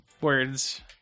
Words